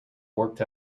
worked